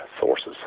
sources